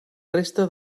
resta